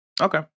Okay